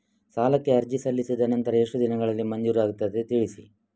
ಸಾಲಕ್ಕೆ ಅರ್ಜಿ ಸಲ್ಲಿಸಿದ ನಂತರ ಎಷ್ಟು ದಿನಗಳಲ್ಲಿ ಮಂಜೂರಾಗುತ್ತದೆ ತಿಳಿಸಿ?